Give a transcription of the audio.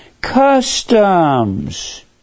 customs